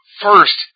first